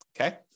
okay